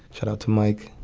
shout out to mike.